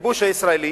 לכיבוש הישראלי